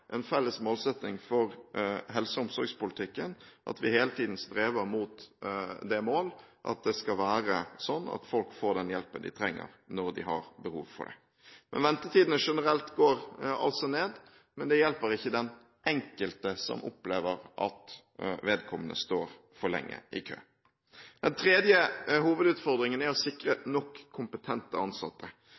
en felles målsetting for helse- og omsorgspolitikken at vi hele tiden streber mot det mål at det skal være sånn at folk får den hjelpen de trenger, når de har behov for det. Ventetidene generelt går altså ned, men det hjelper ikke den enkelte som opplever at vedkommende står for lenge i kø. Den tredje hovedutfordringen er å sikre nok kompetente ansatte